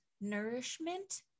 nourishment